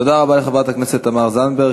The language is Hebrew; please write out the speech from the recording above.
תודה רבה לחברת הכנסת תמר זנדברג.